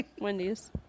Wendy's